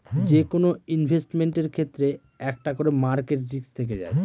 যেকোনো ইনভেস্টমেন্টের ক্ষেত্রে একটা করে মার্কেট রিস্ক থেকে যায়